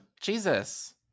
Jesus